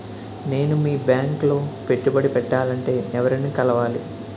నేను మీ బ్యాంక్ లో పెట్టుబడి పెట్టాలంటే ఎవరిని కలవాలి?